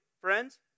friends